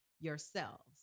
yourselves